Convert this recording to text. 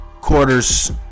Quarters